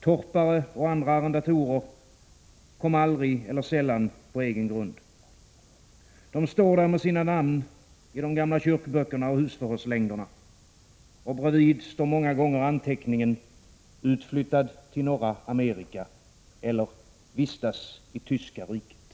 Torpare och andra arrendatorer kom aldrig, eller sällan, på egen grund. De står där med sina namn i de gamla kyrkböckerna och husförhörslängderna — och bredvid står många gånger anteckningen: ”utflyttad till Norra Amerika” eller ”vistas i Tyska riket”.